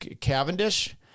Cavendish